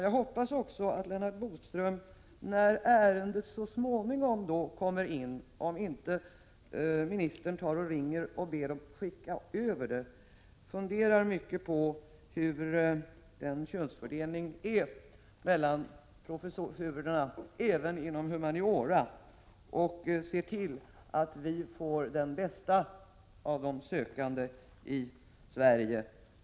Jag hoppas också att Lennart Bodström, när ärendet så småningom kommer in — om nu inte ministern ringer och ber att få det översänt — funderar mycket på hur könsfördelningen är i fråga om professurerna även inom humaniora och ser till att vi får den bästa av de sökande i Sverige.